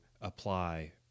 apply